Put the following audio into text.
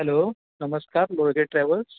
hello नमस्कार Lolge travels